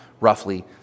roughly